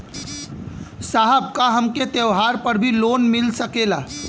साहब का हमके त्योहार पर भी लों मिल सकेला?